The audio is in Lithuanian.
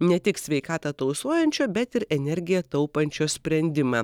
ne tik sveikatą tausojančio bet ir energiją taupančio sprendimą